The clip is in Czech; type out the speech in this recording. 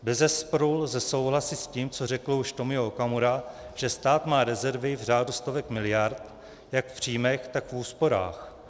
Bezesporu lze souhlasit s tím, co řekl už Tomio Okamura, že stát má rezervy v řádu stovek miliard jak v příjmech, tak v úsporách.